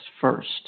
first